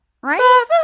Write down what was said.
Right